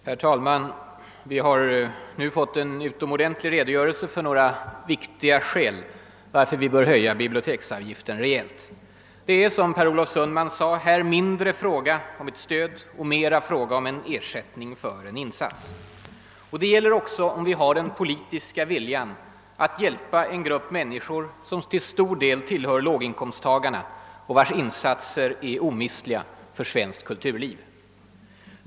Herr talman! Vi har nu fått en utomordentlig redogörelse för några viktiga skäl varför vi bör höja biblioteksavgiften rejält. Som Per Olof Sundman sade är det här mindre fråga om ett stöd, mera fråga om en ersättning för en insats. Frågan gäller också, om vi har den politiska viljan att hjälpa en grupp människor som till stor del tillhör låginkomsttagarna och vilkas insatser är omistliga för svenskt kulturliv.